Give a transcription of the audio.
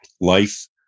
Life